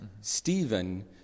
Stephen